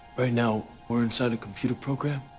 right now we're inside a computer program?